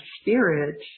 spirit